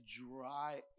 dry